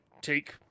take